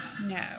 no